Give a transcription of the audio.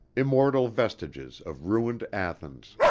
immortal vestiges of ruined athens.